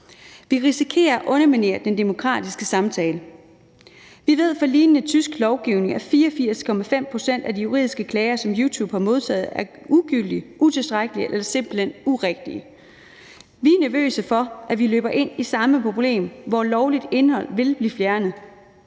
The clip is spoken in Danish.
Vi risikerer at underminere den demokratiske samtale. Vi ved fra lignende tysk lovgivning, at 84,5 pct. af de juridiske klager, som YouTube har modtaget, er ugyldige, utilstrækkelige eller simpelt hen urigtige. Vi er nervøse for, at vi løber ind i samme problem, hvor lovligt indhold vil blive fjernet.